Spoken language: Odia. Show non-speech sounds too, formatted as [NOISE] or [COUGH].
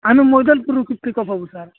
ଆମେ ମୋଦଲପୁରରୁ [UNINTELLIGIBLE] ସାର୍